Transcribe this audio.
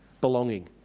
belonging